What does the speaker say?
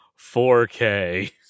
4K